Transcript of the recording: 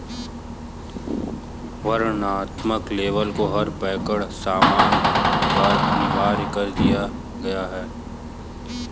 वर्णनात्मक लेबल को हर पैक्ड सामान पर अनिवार्य कर दिया गया है